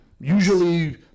Usually